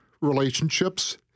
relationships